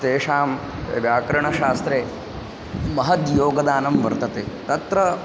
तेषां व्याकरणशास्त्रे महद्योगदानं वर्तते तत्र